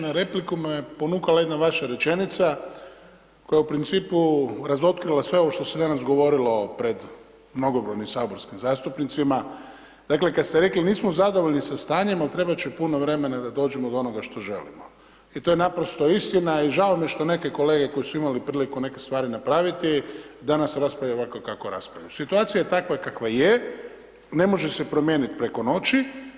Na replike me ponukala jedna vaša rečenica, koja je u principu razotkrila sve ovo što se danas govorilo pred mnogobrojnim saborskim zastupnicima, dakle, kad ste rekli nismo zadovoljni sa stanjem, ali trebat će puno vremena da dođemo do onoga što želimo, i to je naprosto istina, i žao mi je što neke kolege koji su imali priliku neke stvari napraviti, danas raspravljamo ovako kako raspravljamo, situacija je takva kakva je, ne može se promijeniti preko noći.